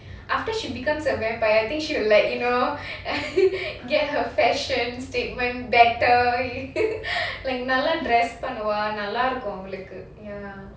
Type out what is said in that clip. after she becomes a vampire I think she'll likely know get her fashion statement better like நல்லா:nallaa dress பண்ணுவா நல்லா இருக்கும் அவளுக்கு:pannuvaa nallaa irukum avaluku ya